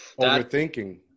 Overthinking